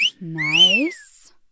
Nice